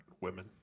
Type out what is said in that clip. women